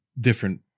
different